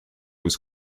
was